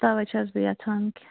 تَوٕے چھَس بہٕ یژھان کہ